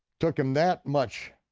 took him that much